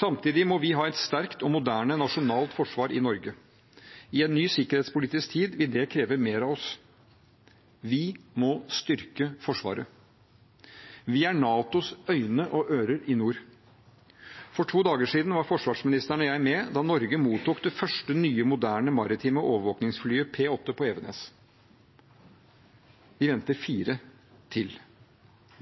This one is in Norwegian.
Samtidig må vi ha et sterkt og moderne nasjonalt forsvar i Norge. I en ny sikkerhetspolitisk tid vil det kreve mer av oss. Vi må styrke Forsvaret. Vi er NATOs øyne og ører i nord. For to dager siden var forsvarsministeren og jeg med da Norge mottok det første nye moderne maritime overvåkningsflyet P8 på Evenes. Vi venter fire til.